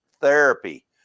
therapy